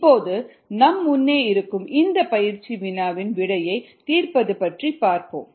இப்போது நம் முன்னே இருக்கும் இந்த பயிற்சி வினாவின் விடையை தீர்ப்பது பற்றிப் பார்ப்போம்